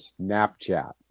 Snapchat